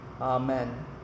amen